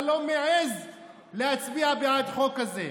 אתה לא מעז להצביע בעד חוק כזה.